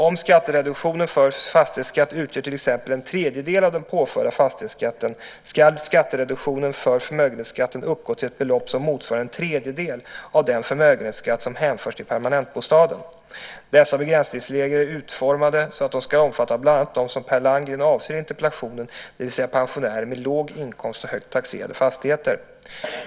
Om skattereduktionen för fastighetsskatt utgör till exempel en tredjedel av den påförda fastighetsskatten ska skattereduktionen för förmögenhetsskatten uppgå till ett belopp som motsvarar en tredjedel av den förmögenhetsskatt som hänförs till permanentbostaden. Dessa begränsningsregler är utformade så att de ska omfatta bland annat dem som Per Landgren avser i interpellationen, det vill säga pensionärer med låg inkomst och högt taxerade fastigheter.